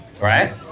right